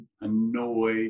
annoyed